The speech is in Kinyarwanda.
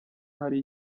hari